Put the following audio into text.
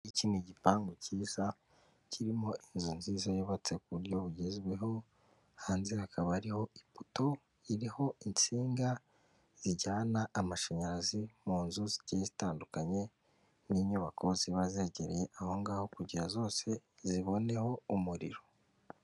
Iki ni igipangu cyiza kirimo inzu nziza yubatse ku buryo bugezweho, hanze hakaba hariho ipoto iriho insinga zijyana amashanyarazi mu nzu zigiye zitandukanye, n'inyubako ziba zegereye ahongaho kugira ngo zose ziboneho umuriro.